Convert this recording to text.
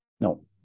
no